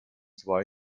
zwar